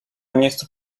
miejscu